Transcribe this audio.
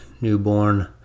newborn